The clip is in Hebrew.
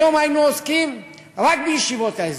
היום היינו עוסקים רק בישיבות ההסדר.